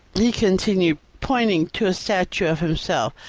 he continued, pointing to a statue of himself.